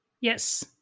Yes